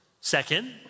Second